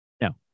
No